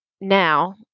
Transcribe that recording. now